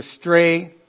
stray